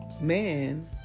man